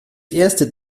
erste